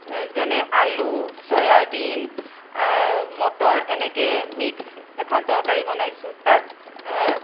যেনে আলু চয়াবিন মটৰ এনেকৈ মিক্স এখন তৰকাৰি বনাইছোঁ তাত